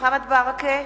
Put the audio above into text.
מוחמד ברכה,